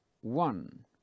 one